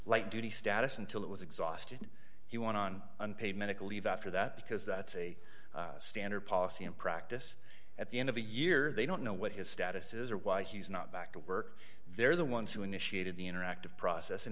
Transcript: light duty status until it was exhausted he want on unpaid medical leave after that because that's a standard policy in practice at the end of a year they don't know what his status is or why he's not back to work they're the ones who initiated the interactive process